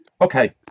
Okay